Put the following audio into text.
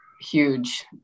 huge